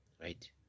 right